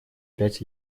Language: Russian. пять